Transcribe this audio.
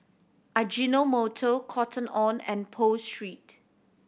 Ajinomoto Cotton On and Pho Street